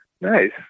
nice